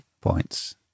points